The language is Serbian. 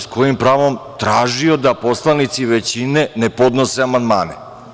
S kojim pravom je tražio da poslanici većine ne podnose amandmane?